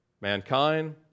mankind